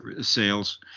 sales